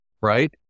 right